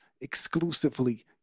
exclusively